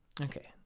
okay